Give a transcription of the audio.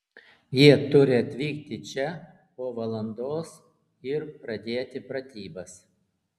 jie turi atvykti čia po valandos ir pradėti pratybas